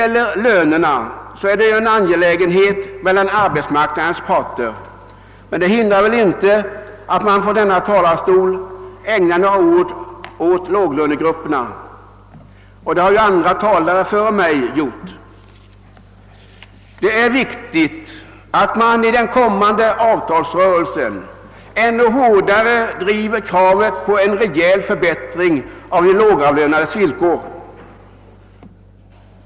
Lönerna är en angelägenhet mellan arbetsmarknadens parter, men det hindrar väl inte att man från denna talarstol ägnar några ord åt låglönegrupperna; det har andra talare gjort före mig. Det är viktigt att man i den kommande avtalsrörelsen ännu hårdare driver kravet på en rejäl förbättring av de lågavlönades villkor.